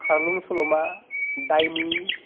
खारलुं सल'मा दायनि